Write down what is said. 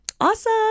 Awesome